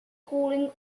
cooling